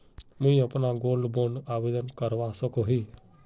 मुई अपना gold bond आवेदन करवा सकोहो ही?